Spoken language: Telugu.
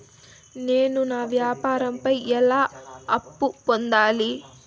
నేను నా వ్యాపారం పై ఎలా అప్పు పొందాలి?